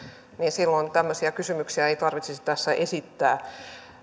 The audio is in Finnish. silloin tämmöisiä kysymyksiä ei tarvitsisi tässä esittää